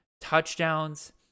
touchdowns